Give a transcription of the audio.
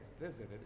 visited